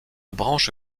branche